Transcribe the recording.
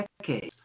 decades